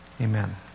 amen